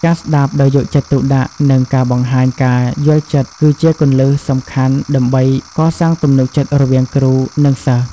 ការស្ដាប់ដោយយកចិត្តទុកដាក់និងការបង្ហាញការយល់ចិត្តគឺជាគន្លឹះសំខាន់ដើម្បីកសាងទំនុកចិត្តរវាងគ្រូនិងសិស្ស។